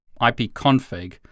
ipconfig